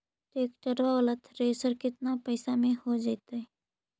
Tractor बाला thresher केतना पैसा में हो जैतै?